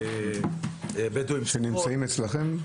בדואים -- שנמצאים אצלכם?